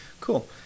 Cool